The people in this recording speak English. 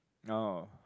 no